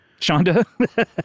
Shonda